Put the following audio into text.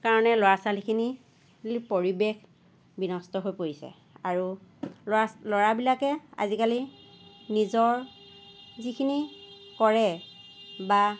কাৰণে ল'ৰা ছোৱালীখিনিৰ পৰিৱেশ বিনষ্ট হৈ পৰিছে আৰু ল'ৰা ল'ৰাবিলাকে আজিকালি নিজৰ যিখিনি কৰে বা